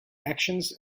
actions